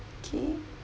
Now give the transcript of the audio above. okay